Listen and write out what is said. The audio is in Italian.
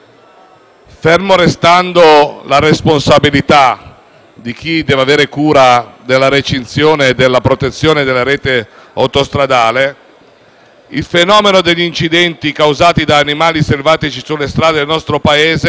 Ferma restando la responsabilità di chi deve avere cura della recinzione e della protezione della rete autostradale, il fenomeno degli incidenti causati da animali selvatici sulle strade del nostro Paese